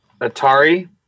Atari